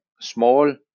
small